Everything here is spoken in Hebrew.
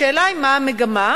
השאלה היא מה המגמה,